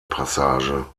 passage